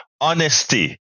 honesty